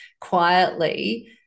quietly